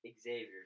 Xavier